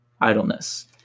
idleness